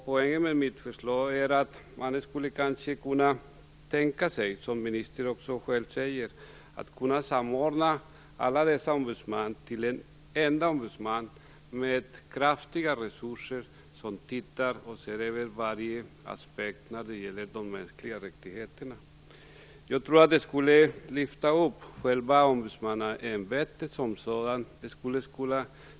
Poängen med mitt förslag är att man kanske kunde tänka sig, som ministern själv säger, att samordna alla dessa ombudsmän till en enda ombudsman med kraftiga resurser, som tittar på och ser över varje aspekt när det gäller de mänskliga rättigheterna. Jag tror att det skulle lyfta upp själva ombudsmannaämbetet som sådant.